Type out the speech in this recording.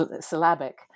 syllabic